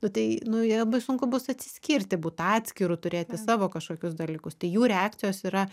nu tai nu jie labai sunku bus atsiskirti būt atskiru turėti savo kažkokius dalykus tai jų reakcijos yra